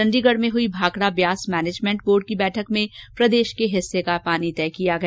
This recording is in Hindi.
चंडीगढ़ में हुई भाखड़ा ब्यास मेनेजमेंट बोर्ड की बैठक में प्रदेश के हिस्से का पानी तय किया गया